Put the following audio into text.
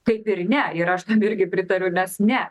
kaip ir ne ir aš irgi pritariu nes ne